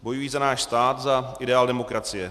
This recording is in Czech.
Bojují za náš stát, za ideál demokracie.